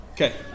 Okay